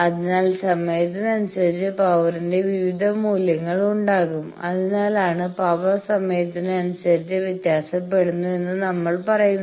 അതിനാൽ സമയത്തിന് അനുസരിച്ച് പവറിന്റെ വിവിധ മൂല്യങ്ങൾ ഉണ്ടാകും അതിനാലാണ് പവർ സമയത്തിന് അനുസരിച്ച് വ്യത്യാസപ്പെടുന്നു എന്ന് നമ്മൾ പറയുന്നത്